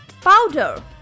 powder